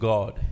God